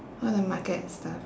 spoil the market and stuff